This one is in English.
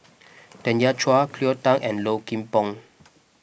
Tanya Chua Cleo Thang and Low Kim Pong